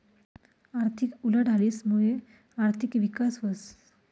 आर्थिक उलाढालीस मुये आर्थिक विकास व्हस